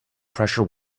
pressure